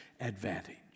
advantage